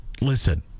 Listen